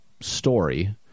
story